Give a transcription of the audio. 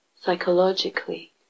psychologically